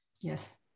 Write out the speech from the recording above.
Yes